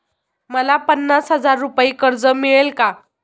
मला पन्नास हजार रुपये कर्ज मिळेल का?